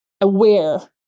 aware